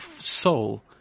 soul